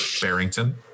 Barrington